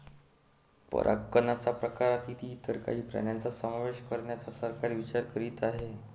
परागकणच्या प्रकारात इतर काही प्राण्यांचा समावेश करण्याचा सरकार विचार करीत आहे